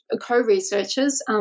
co-researchers